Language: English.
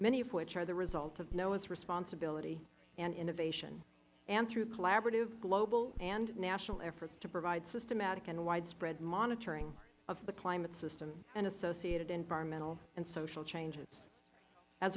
of which are the result of noaa's responsibility and innovation and through collaborative global and national efforts to provide systematic and widespread monitoring of the climate system and associated environmental and social changes as